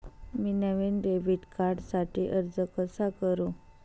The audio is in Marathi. मी नवीन डेबिट कार्डसाठी अर्ज कसा करु?